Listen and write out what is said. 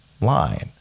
line